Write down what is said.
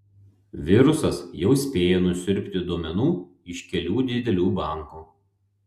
virusas jau spėjo nusiurbti duomenų iš kelių didelių bankų